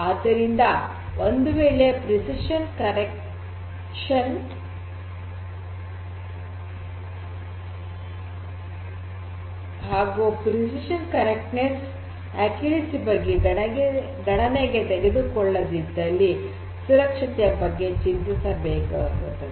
ಆದ್ದರಿಂದ ಒಂದು ವೇಳೆ ನಿಖರತೆ ಸರಿಯಾದತೆ ನಿಖರತೆ ಬಗ್ಗೆ ಗಣನೆಗೆ ತೆಗೆದುಕೊಳ್ಲದಿದ್ದಲ್ಲಿ ಸುರಕ್ಷತೆಯ ಬಗ್ಗೆ ಚಿಂತಿಸಬೇಕಾಗುತ್ತದೆ